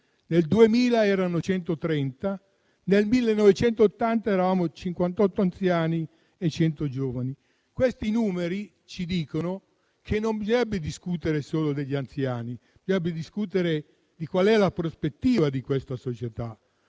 Nel 2000 erano 130; nel 1980 eravamo 58 anziani ogni 100 giovani. Questi numeri ci dicono che non bisognerebbe discutere solo degli anziani, ma bisognerebbe discutere di qual è la prospettiva di questa società.